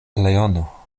leono